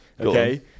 Okay